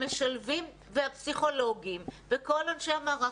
המשלבים והפסיכולוגים וכל אנשי המערך